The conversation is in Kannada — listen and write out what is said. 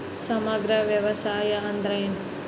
ಸಮಗ್ರ ವ್ಯವಸಾಯ ಅಂದ್ರ ಏನು?